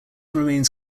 remains